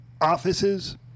offices